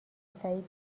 سعید